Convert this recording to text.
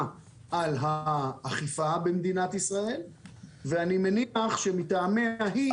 על האכיפה במדינת ישראל ואני מניח שמטעמיה היא.